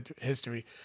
history